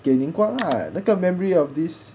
给 ning guang ah 那个 memory of this